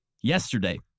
Yesterday